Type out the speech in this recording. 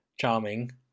charming